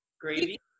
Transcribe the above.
Gravy